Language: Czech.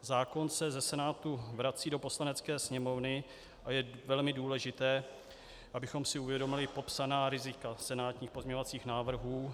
Zákon se ze Senátu vrací do Poslanecké sněmovny a je velmi důležité, abychom si uvědomili popsaná rizika senátních pozměňovacích návrhů.